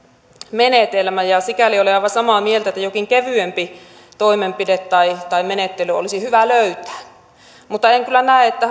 menetelmä ja sikäli olen aivan samaa mieltä että jokin kevyempi toimenpide tai tai menettely olisi hyvä löytää mutta en kyllä näe että